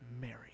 Mary